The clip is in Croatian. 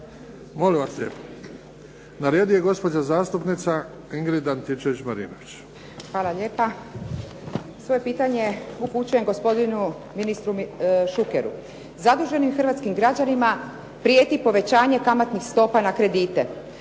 o zakonu. Na redu je gospođa zastupnica Ingrid Antičević-Marinović. **Antičević Marinović, Ingrid (SDP)** Hvala lijepa. Svoje pitanje upućujem gospodinu ministru Šukeru. Zaduženim hrvatskim građanima prijeti povećanje kamatnih stopa na kredite.